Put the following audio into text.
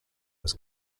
was